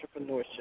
entrepreneurship